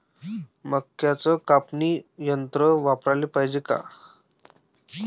मक्क्याचं कापनी यंत्र वापराले पायजे का?